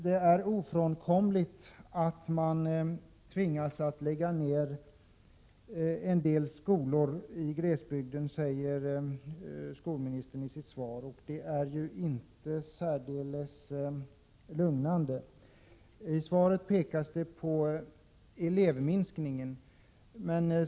Det är ofrånkomligt att man tvingas lägga ned en del skolor i glesbygden, säger skolministern i sitt svar. Det är ju inte särdeles lugnande. Statsrådet säger vidare att antalet elever i grundskolan minskar.